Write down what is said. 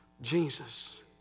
Jesus